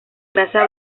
grasa